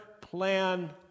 plan